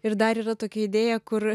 ir dar yra tokia idėja kur